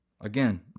Again